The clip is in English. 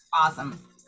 awesome